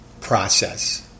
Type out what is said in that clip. process